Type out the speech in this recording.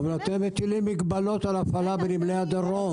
אבל אתם מטילים מגבלות על הפעלה בנמלי הדרום.